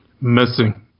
Missing